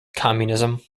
communism